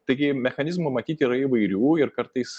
taigi mechanizmų matyt yra įvairių ir kartais